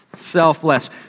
selfless